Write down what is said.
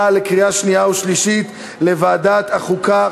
לקריאה שנייה ושלישית לוועדת החוקה,